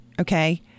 okay